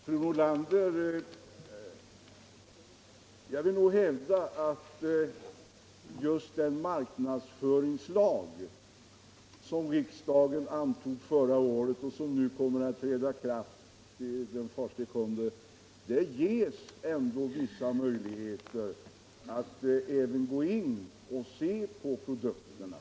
Fru talman! Jag vill hävda, fru Nordlander, att i den marknadsföringslag som riksdagen antog förra året och som kommer att träda i kraft den 1 juli ges ändå vissa möjligheter att även gå in och se på produkterna.